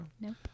no